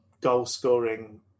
goal-scoring